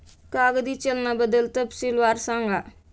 कागदी चलनाबद्दल तपशीलवार सांगा